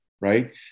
right